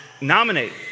nominate